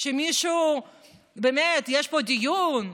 שבאמת יש פה דיון?